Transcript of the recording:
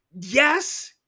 Yes